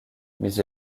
mais